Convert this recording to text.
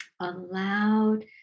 allowed